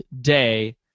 day